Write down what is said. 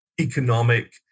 economic